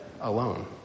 alone